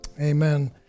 amen